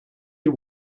you